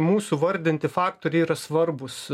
mūsų vardinti faktoriai yra svarbūs